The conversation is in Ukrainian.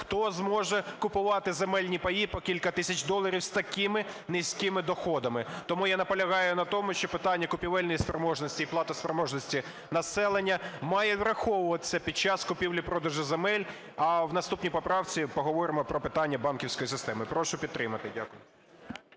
Хто зможе купувати земельні паї по кілька тисяч доларів з такими низькими доходами? Тому я наполягаю на тому, що питання купівельної спроможності і платоспроможності населення має враховуватись під час купівлі-продажу земель. А в наступній поправці поговоримо про питання банківської системи. Прошу підтримати. Дякую.